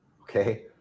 okay